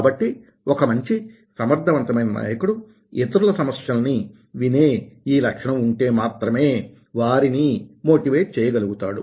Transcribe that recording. కాబట్టి ఒక మంచి సమర్థవంతమైన నాయకుడు ఇతరుల సమస్యలని వినే ఈ లక్షణం ఉంటే మాత్రమే వారిని మోటివేట్ చేయగలుగుతాడు